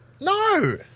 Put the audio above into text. No